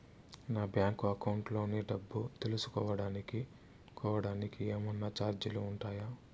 నా bank account లోని డబ్బు తెలుసుకోవడానికి కోవడానికి ఏమన్నా చార్జీలు ఉంటాయా?